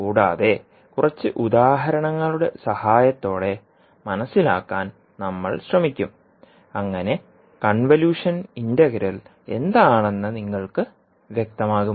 കൂടാതെ കുറച്ച് ഉദാഹരണങ്ങളുടെ സഹായത്തോടെ മനസിലാക്കാൻ നമ്മൾ ശ്രമിക്കും അങ്ങനെ കൺവല്യൂഷൻ ഇന്റഗ്രൽ എന്താണെന്ന് നിങ്ങൾക്ക് വ്യക്തമാകും